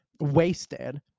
wasted